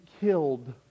killed